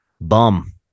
bum